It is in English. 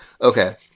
Okay